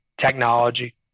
technology